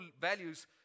values